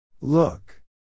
Look